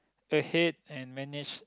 ahead and manage